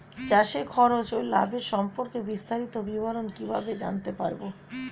চাষে খরচ ও লাভের সম্পর্কে বিস্তারিত বিবরণ কিভাবে জানতে পারব?